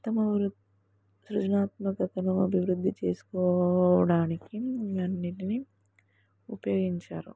ఉత్తమ సృజనాత్మకతను అభివృద్ధి చేసుకోవడానికి అన్నిటిని ఉపయోగించారు